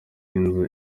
inzu